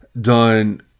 done